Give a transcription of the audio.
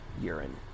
urine